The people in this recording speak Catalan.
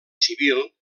civil